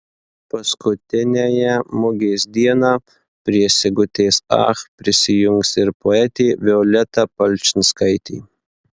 paskutiniąją mugės dieną prie sigutės ach prisijungs ir poetė violeta palčinskaitė